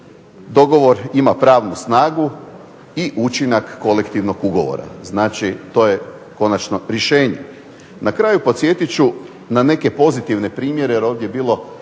dogovor ima pravnu snagu i učinak kolektivnog ugovora. Znači, to je konačno rješenje. Na kraju podsjetit ću na neke pozitivne primjere, jer ovdje je bilo